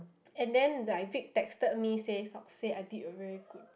and then like Vic texted me say say I did a very good